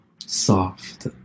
soft